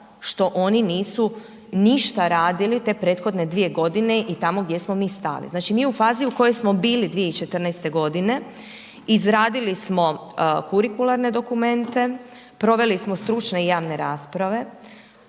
što oni nisu ništa radili te prethodne dvije godine i tamo gdje smo mi stali. Znači mi u fazi u kojoj smo bili 2014. godine, izradili smo kurikularne dokumente, proveli smo stručne i javne rasprave,